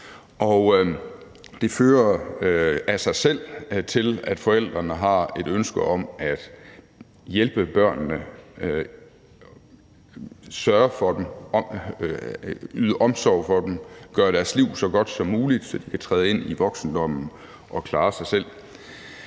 det fører af sig selv til, at forældrene har et ønske om at hjælpe børnene, sørge for dem, yde omsorg for dem og gøre deres liv så godt som muligt, så de kan træde ind i voksenlivet og klare sig selv.